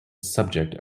subject